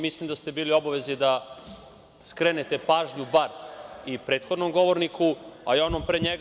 Mislim da ste bili u obavezi da skrenete pažnju bar i prethodnom govorniku, a i onom pre njega.